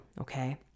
okay